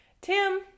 Tim